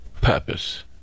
Purpose